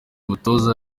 mutoza